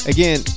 Again